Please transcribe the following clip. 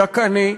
דכאני,